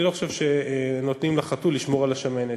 אני לא חושב שנותנים לחתול לשמור על השמנת,